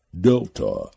Delta